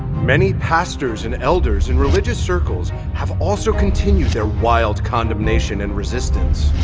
many pastors and elders in religious circles have also continued their wild condemnation and resistance.